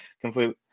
completely